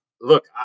look